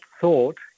thought